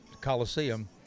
Coliseum